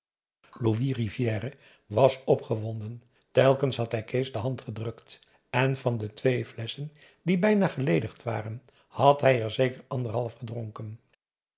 louis rivière was opgewonden telkens had hij kees de hand gedrukt en van de twee flesschen die bijna geledigd waren had hij er zeker anderhalf gedronken